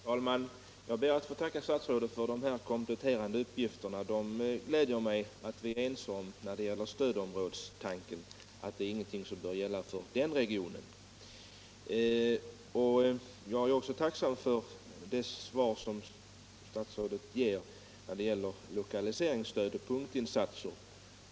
Herr talman! Jag ber att få tacka statsrådet för de kompletterande uppgifterna. Det gläder mig att vi är ense om att stödområdestanken inte är någonting som bör gälla för den här regionen. Jag är också tacksam för det svar som statsrådet ger när det gäller lokaliseringsstöd och punktinsatser.